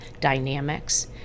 dynamics